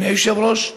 אדוני היושב-ראש,